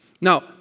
Now